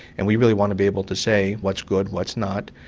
and we really want to be able to say what's good, what's not,